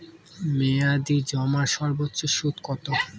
মেয়াদি জমার সর্বোচ্চ সুদ কতো?